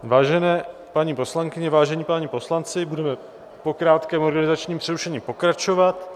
Vážené paní poslankyně, vážení páni poslanci, budeme po krátkém organizačním přerušení pokračovat.